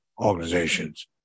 organizations